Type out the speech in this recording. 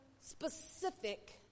specific